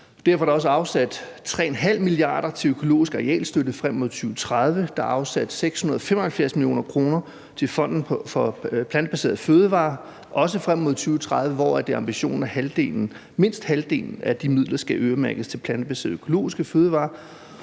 Derfor er der også afsat 3,5 mia. kr. til økologisk arealstøtte frem mod 2030. Der er afsat 675 mio. kr. til Fonden for Plantebaserede Fødevarer, også frem mod 2030, hvor det er ambitionen, at mindst halvdelen af de midler skal øremærkes til plantebaserede økologiske fødevarer.